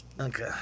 Okay